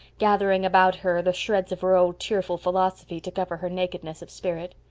gathering about her the shreds of her old cheerful philosophy to cover her nakedness of spirit.